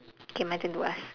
K my turn to ask